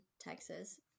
Texas